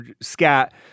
scat